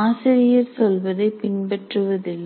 ஆசிரியர் சொல்வதை பின்பற்றுவதில்லை